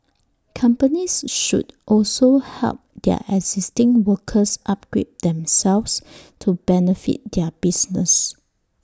companies should also help their existing workers upgrade themselves to benefit their business